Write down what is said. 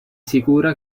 sicura